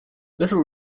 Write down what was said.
little